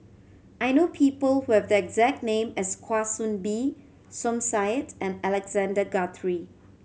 I know people who have the exact name as Kwa Soon Bee Som Said and Alexander Guthrie